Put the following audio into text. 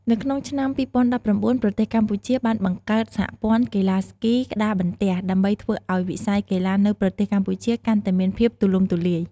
នៅក្នុងឆ្នាំ ២០១៩ ប្រទេសកម្ពុជាបានបង្កើតសហព័ន្ធកីឡាស្គីក្ដារបន្ទះ ដើម្បីធ្វើឱ្យវិស័យកីឡានៅប្រទេសកម្ពុជាកាន់តែមានភាពទូលំទូលាយ។